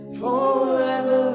forever